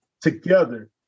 together